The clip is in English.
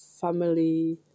family